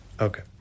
Okay